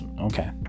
Okay